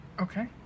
okay